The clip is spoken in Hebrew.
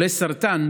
חולה סרטן,